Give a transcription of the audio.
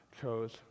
chose